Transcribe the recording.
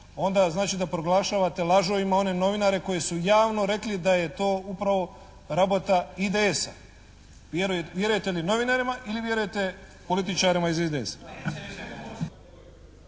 onda znači da proglašavate lažovima one novinare koji su javno rekli da je to upravo rabota IDS-a. Vjerujete li novinarima ili vjerujete političarima iz IDS-a?